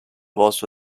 was